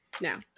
Now